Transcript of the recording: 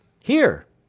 here!